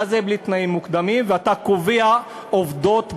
מה זה בלי תנאים מוקדמים ואתה קובע עובדות בשטח?